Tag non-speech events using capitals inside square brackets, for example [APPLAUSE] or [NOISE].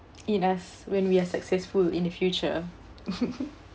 in us when we are successful in the future [LAUGHS]